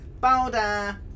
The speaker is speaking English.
boulder